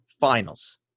finals